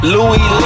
Louis